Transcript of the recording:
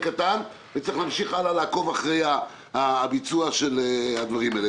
זה עיקר הדברים.